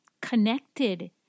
connected